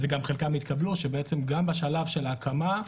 וחלקם התקבלו, שבעצם גם בשלב ההקמה,